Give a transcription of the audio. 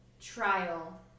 trial